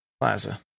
Plaza